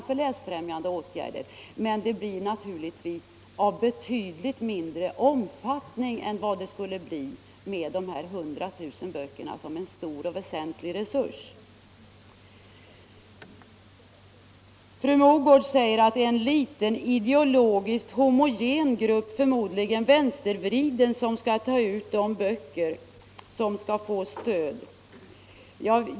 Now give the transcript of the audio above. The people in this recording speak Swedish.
till läsfrämjande åtgärder, men det blir en verksamhet av betydligt mindre omfattning än om vi hade haft de 100 000 böckerna, som är en stor och väsentlig resurs. Sedan sade fru Mogård att det är en liten, ideologiskt homogen grupp, förmodligen vänstervriden, som skall ta ut de böcker som skall få stöd.